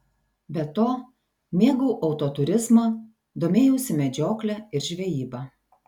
be to mėgau autoturizmą domėjausi medžiokle ir žvejyba